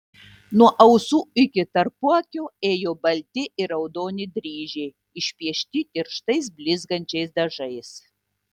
nuo ausų iki tarpuakio ėjo balti ir raudoni dryžiai išpiešti tirštais blizgančiais dažais